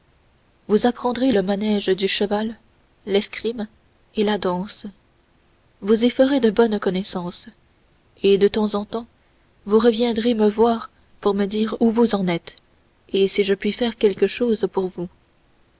vous apprendrez le manège du cheval l'escrime et la danse vous y ferez de bonnes connaissances et de temps en temps vous reviendrez me voir pour me dire où vous en êtes et si je puis faire quelque chose pour vous